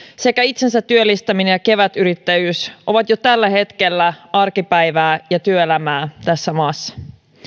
sekä itsensä työllistäminen ja kevytyrittäjyys ovat jo tällä hetkellä arkipäivää ja työelämää tässä maassa